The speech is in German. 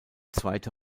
zweite